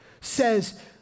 says